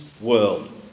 world